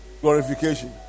Glorification